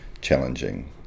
challenging